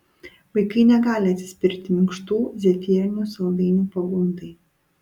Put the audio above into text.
vaikai negali atsispirti minkštų zefyrinių saldainių pagundai